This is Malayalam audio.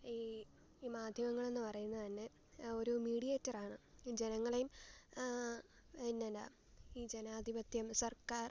ഈ മാധ്യമങ്ങളെന്ന് പറയുന്നത് തന്നെ ഒരു മീഡിയേറ്റർ ആണ് ഈ ജനങ്ങളെയും ഈ ജനാധിപത്യം സർക്കാർ